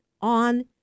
on